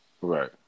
Right